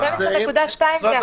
לא, 12.2% זה הכול.